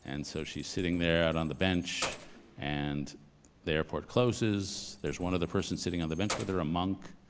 and so she's sitting there out on the bench and they airport closes. there's one of the persons sitting on the bench with her, a monk.